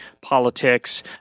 politics